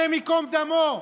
השם ייקום דמו,